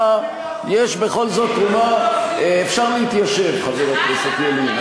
תרומה, אפשר להתיישב, חבר הכנסת ילין.